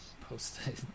posted